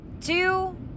two